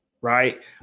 Right